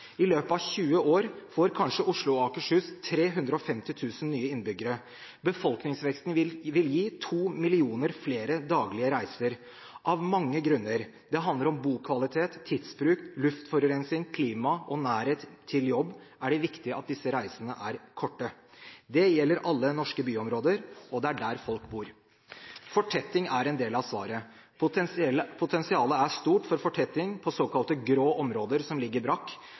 I løpet av 20 år får Oslo og Akershus kanskje 350 000 nye innbyggere. Befolkningsveksten vil gi to millioner flere daglige reiser. Av mange grunner – det handler om bokvalitet, tidsbruk, luftforurensing, klima og nærhet til jobb – er det viktig at disse reisene er korte. Det gjelder alle norske byområder. Det er der folk bor. Fortetting er en del av svaret. Potensialet for fortetting på såkalt grå områder som ligger brakk, er asfaltert eller lignende, er stort. Bare i